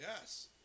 Yes